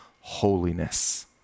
holiness